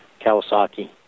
Kawasaki